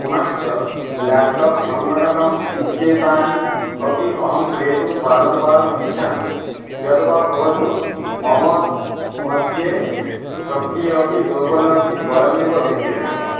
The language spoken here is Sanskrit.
पुनश्च लेप्टाप् सङ्गणकम् इत्येतानि अपि अहं क्रेतुं वारं वारम् इच्छामि यद्वा भवतु मम मध्ये शक्तिः अपि दोर्बल्यमपि द्वयमेव विद्यते